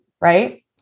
right